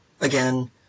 again